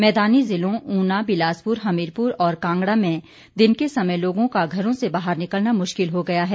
मैदानी जिलों उना बिलासपुर हमीरपुर और कांगड़ा में दिन के समय लोगों का घरों से बाहर निकलना मुश्किल हो गया है